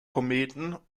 kometen